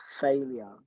failure